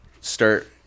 start